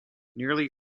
nearly